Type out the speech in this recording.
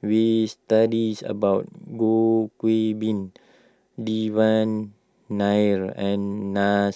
we studied about Goh Qiu Bin Devan Nair and Naa